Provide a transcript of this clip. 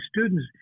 students